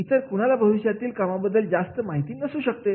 इतर कुणाला भविष्यातील कामाबद्दल जास्त माहिती नसू शकते